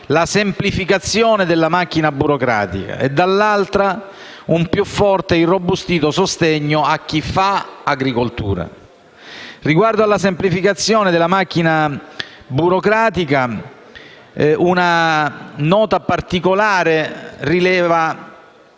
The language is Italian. la semplificazione della macchina burocratica e, dall'altra, un più forte e irrobustito sostegno a chi fa agricoltura. Riguardo alla semplificazione della macchina burocratica, una nota particolare rileva